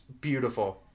beautiful